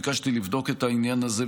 ביקשתי לבדוק את העניין הזה,